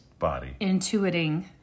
intuiting